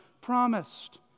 promised